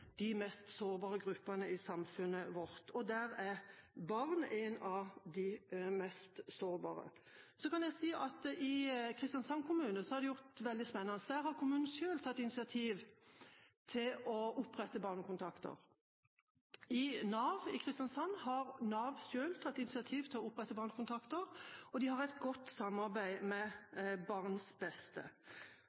de mest sårbare gruppene i samfunnet vårt. Der er barn en av de mest sårbare gruppene. Så kan jeg si at i Kristiansand kommune har de gjort noe veldig spennende. Der har kommunen selv tatt initiativ til å opprette barnekontakter. I Nav i Kristiansand har Nav selv tatt initiativ til å opprette barnekontakter, og de har et godt samarbeid med